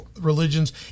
religions